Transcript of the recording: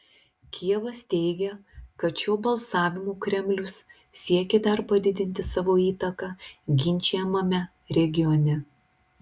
kijevas teigia kad šiuo balsavimu kremlius siekė dar padidinti savo įtaką ginčijamame regione